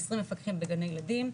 20 מפקחים בגני ילדים,